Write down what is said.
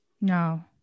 no